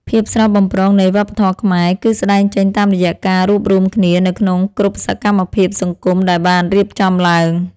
ភាពស្រស់បំព្រងនៃវប្បធម៌ខ្មែរ គឺស្តែងចេញតាមរយៈការរួបរួមគ្នានៅក្នុងគ្រប់សកម្មភាពសង្គមដែលបានរៀបចំឡើង។